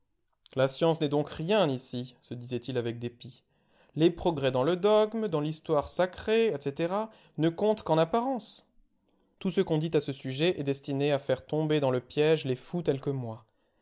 la science n'est donc rien ici se disait-il avec dépit les progrès dans le dogme dans l'histoire sacrée etc ne comptent qu'en apparence tout ce qu'on dit à ce sujet est destiné à faire tomber dans le piège les fous tels que moi